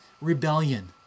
rebellion